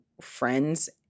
friends